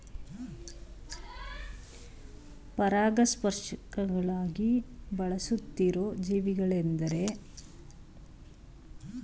ಪರಾಗಸ್ಪರ್ಶಕಗಳಾಗಿ ಬಳಸುತ್ತಿರೋ ಜೀವಿಗಳೆಂದರೆ ಜೇನುಹುಳುಗಳು ಬಂಬಲ್ಬೀಗಳು ಹಾಗೂ ಜೇನುನೊಣಗಳು